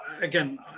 again